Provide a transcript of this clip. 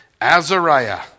Azariah